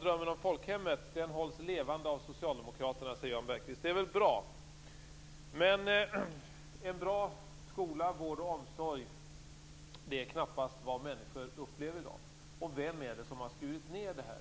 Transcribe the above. Drömmen om folkhemmet hålls levande av socialdemokraterna, säger Jag Bergqvist. Det är bra, men människor upplever knappast en bra skola, vård och omsorg i dag. Och vem är det som har skurit ned på detta?